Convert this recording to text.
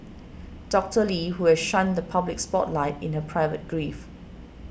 Doctor Lee who has shunned the public spotlight in her private grief